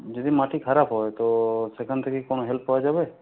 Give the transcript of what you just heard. যদি মাটি খারাপ হয় তো সেখান থেকে কোনো হেল্প পাওয়া যাবে